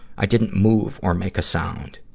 i didn't move or make a sound.